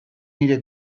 nire